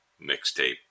mixtape